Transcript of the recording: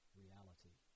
reality